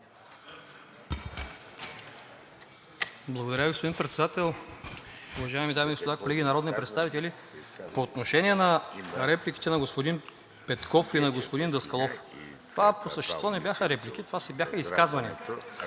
Благодаря, господин Председател. Уважаеми дами и господа, колеги народни представители! По отношение на репликите на господин Петков и на господин Даскалов – това по същество не бяха реплики, а си бяха изказвания.